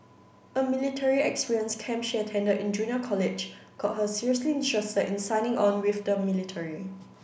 a military experience camp she attended in junior college got her seriously interested in signing on with the military